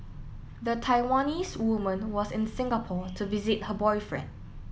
the Taiwanese woman was in Singapore to visit her boyfriend